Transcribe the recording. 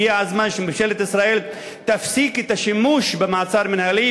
הגיע הזמן שממשלת ישראל תפסיק את השימוש במעצר מינהלי